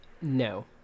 no